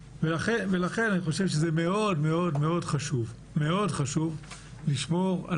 לכן אני אומר שזה מאוד חשוב לשמור על